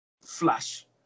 flash